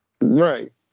Right